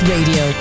Radio